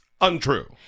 untrue